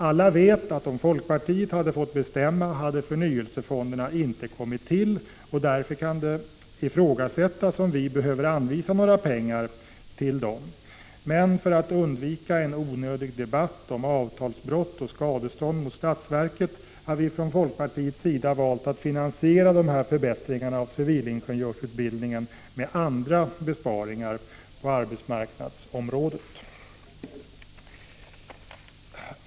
Alla vet att om folkpartiet fått bestämma hade förnyelsefonderna inte kommit till, och därför kan det ifrågasättas om vi behöver anvisa några pengar till dem. Men för att undvika en onödig debatt om avtalsbrott och skadestånd mot statsverket har vi från folkpartiets sida valt att finansiera de här förbättringarna av civilingenjörsutbildningen med andra besparingar på arbetsmarknadsområdet.